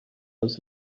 was